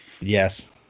Yes